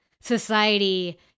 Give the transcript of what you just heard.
society